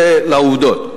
זה לעובדות.